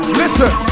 listen